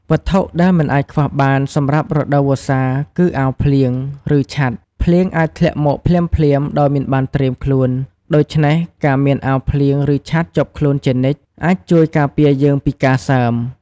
វត្ថុដែលមិនអាចខ្វះបានសម្រាប់រដូវវស្សាគឺ អាវភ្លៀង ឬ ឆ័ត្រ។ ភ្លៀងអាចធ្លាក់មកភ្លាមៗដោយមិនបានត្រៀមខ្លួន ដូច្នេះការមានអាវភ្លៀង ឬឆ័ត្រជាប់ខ្លួនជានិច្ច អាចជួយការពារយើងពីការសើម។